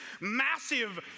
massive